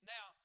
Now